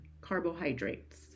carbohydrates